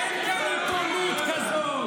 אין כאן עיתונות כזאת.